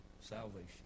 salvation